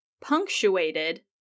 punctuated